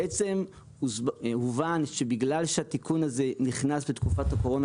בעצם הובן שבגלל שהתיקון נכנס בתקופת הקורונה,